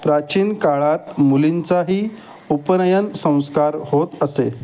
प्राचीन काळात मुलींचाही उपनयन संस्कार होत असे